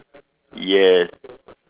yes